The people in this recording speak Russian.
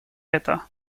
это